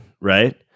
right